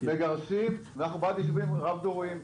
אנחנו בעד ישובים רב דוריים.